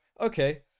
okay